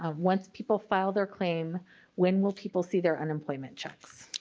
ah once people file their claim when will people see their unemployment checks?